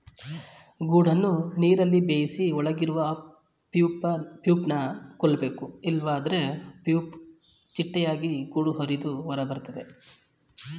ಗೂಡನ್ನು ನೀರಲ್ಲಿ ಬೇಯಿಸಿ ಒಳಗಿರುವ ಪ್ಯೂಪನ ಕೊಲ್ಬೇಕು ಇಲ್ವಾದ್ರೆ ಪ್ಯೂಪ ಚಿಟ್ಟೆಯಾಗಿ ಗೂಡು ಹರಿದು ಹೊರಬರ್ತದೆ